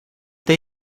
they